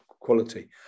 quality